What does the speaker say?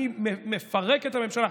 אני מפרק את הממשלה.